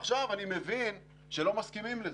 עכשיו אני מבין שלא מסכימים לזה.